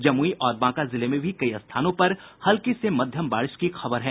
जमुई और बांका जिले में भी कई स्थानों पर हल्की से मध्यम बारिश की खबर है